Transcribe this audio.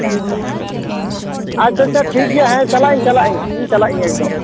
ᱟᱪᱪᱷᱟ ᱟᱪᱪᱷᱟ ᱴᱷᱤᱠᱜᱮᱭᱟ ᱦᱮᱸ ᱪᱟᱞᱟᱜ ᱤᱧ ᱪᱟᱞᱟᱜ ᱤᱧ ᱤᱧ ᱪᱟᱞᱟᱜ ᱤᱧ ᱮᱠᱫᱚᱢ